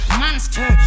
monster